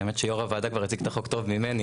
האמת שיו"ר הוועדה כבר הציג את החוק טוב ממני,